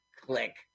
click